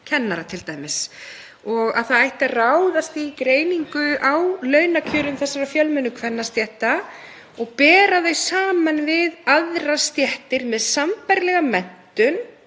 kennara t.d., og að það ætti að ráðast í greiningu á launakjörum þessara fjölmennu kvennastétta og bera þau saman við aðrar stéttir með sambærilega menntun